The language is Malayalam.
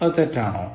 അത് തെറ്റാണോ